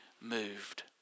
moved